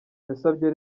yasabye